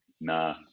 Nah